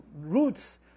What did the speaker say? roots